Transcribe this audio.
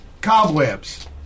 Cobwebs